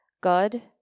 God